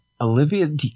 Olivia